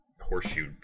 horseshoe